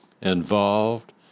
involved